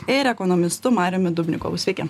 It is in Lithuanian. ir ekonomistu mariumi dubnikovu sveiki